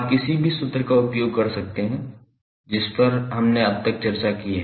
आप किसी भी सूत्र का उपयोग कर सकते हैं जिस पर हमने अब तक चर्चा की है